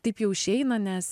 taip jau išeina nes